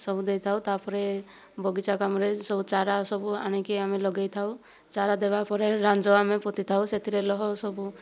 ସବୁ ଦେଇଥାଉ ତା'ପରେ ବଗିଚା କାମରେ ସବୁ ଚାରା ସବୁ ଆଣିକି ଆମେ ଲଗାଇଥାଉ ଚାରା ଦେବା ପରେ ରାଞ୍ଜ ଆମେ ପୋତିଥାଉ ସେଥିରେ ଲହ ସବୁ